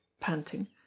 panting